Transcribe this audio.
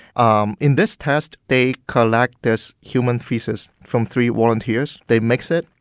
um in this test, they collect this human feces from three volunteers. they mix it.